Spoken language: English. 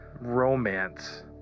romance